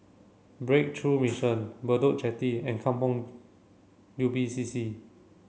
breakthrough Mission Bedok Jetty and Kampong Ubi C C